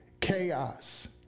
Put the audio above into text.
chaos